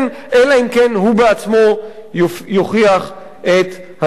אלא אם כן הוא בעצמו יוכיח את ההיפך.